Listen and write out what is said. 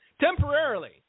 Temporarily